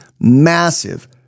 Massive